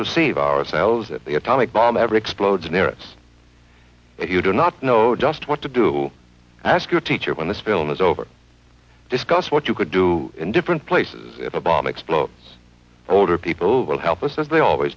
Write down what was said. to save ourselves at the atomic bomb ever explodes near us you do not know just what to do ask your teacher when this film is over discuss what you could do in different places if a bomb explodes older people will help us as they always